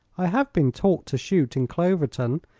i have been taught to shoot in cloverton,